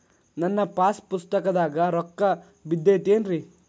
ನನ್ನ ಪಾಸ್ ಪುಸ್ತಕದಾಗ ರೊಕ್ಕ ಬಿದ್ದೈತೇನ್ರಿ?